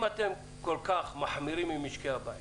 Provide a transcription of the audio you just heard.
אם אתם כל כך מחמירים עם משקי הבית